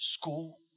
school